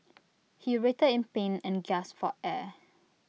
he writhed in pain and gasped for air